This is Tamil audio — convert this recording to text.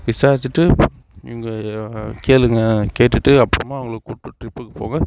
விசாரிச்சிகிட்டு நீங்கள் கேளுங்கள் கேட்டுகிட்டு அப்புறமா அவங்கள கூப்பிட்டு ட்ரிப்புக்கு போங்கள்